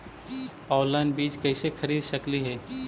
Online बीज कईसे खरीद सकली हे?